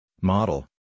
model